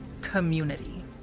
community